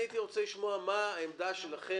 לשמוע מה העמדה שלכם,